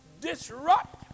disrupt